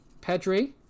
Pedri